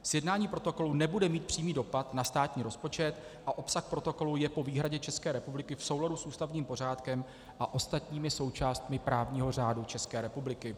Sjednání protokolu nebude mít přímý dopad na státní rozpočet a obsah protokolu je po výhradě České republiky v souladu s ústavním pořádkem a ostatními součástmi právního řádu České republiky.